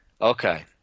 okay